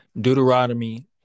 Deuteronomy